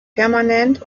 permanent